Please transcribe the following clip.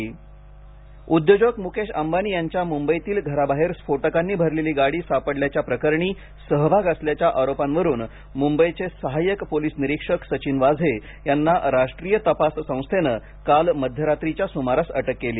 वाझे अटक उद्योजक मुकेश अंबानी यांच्या मुंबईतील घराबाहेर स्फोटकांनी भरलेली गाडी सापडल्याच्या प्रकरणी सहभाग असल्याच्या आरोपांवरुन मुंबईचे सहाय्यक पोलिस निरीक्षक सचिन वाझे यांना राष्ट्रीय तपास संस्थेने काल मध्यरात्रीच्या सुमारास अटक केली